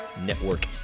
network